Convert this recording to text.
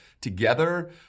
together